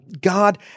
God